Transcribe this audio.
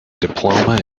diploma